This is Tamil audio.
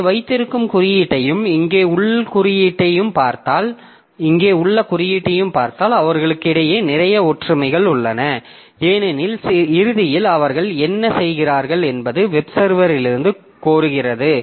இங்கே வைத்திருக்கும் குறியீட்டையும் இங்கே உள்ள குறியீட்டையும் பார்த்தால் அவர்களுக்கு இடையே நிறைய ஒற்றுமைகள் உள்ளன ஏனெனில் இறுதியில் அவர்கள் என்ன செய்கிறார்கள் என்பது வெப் சர்வரிலிருந்து கோருகிறது